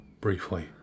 briefly